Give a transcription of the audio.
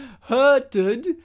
hurted